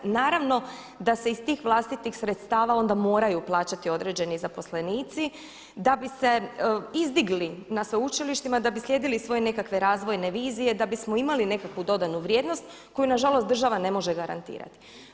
Naravno da se iz tih vlastitih sredstava onda moraju plaćati određeni zaposlenici da bi se izdigli na sveučilištima, da bi slijedili svoje nekakve razvojne vizije, da bismo imali nekakvu dodanu vrijednost koju na žalost država ne može garantirati.